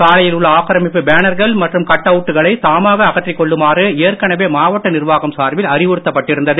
சாலையில் உள்ள ஆக்கிரமிப்பு பேனர்கள் மற்றும் கட்அவுட்டுகளை தாமாக அகற்றிக் கொள்ளுமாறு ஏற்கனவே மாவட்ட நிர்வாகம் சார்பில் அறிவுறுத்தப்பட்டு இருந்தது